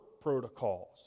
protocols